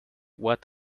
what